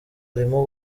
arimo